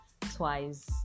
twice